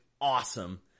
awesome